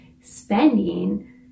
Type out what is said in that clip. spending